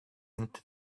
into